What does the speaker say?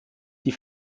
die